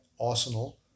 arsenal